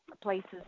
places